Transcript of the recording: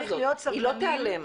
היא לא תיעלם.